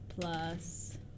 Plus